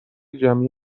جمعی